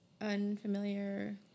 unfamiliar